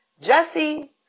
Jesse